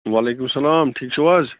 وَعلیکُم سَلام ٹھیٖک چھُو حظ